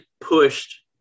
pushed